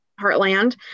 Heartland